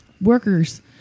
workers